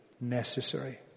necessary